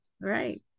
right